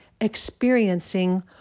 experiencing